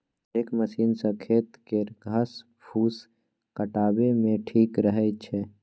हेरेक मशीन सँ खेत केर घास फुस हटाबे मे ठीक रहै छै